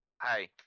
hi